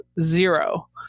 zero